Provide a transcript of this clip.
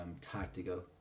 tactical